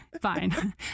Fine